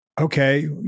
okay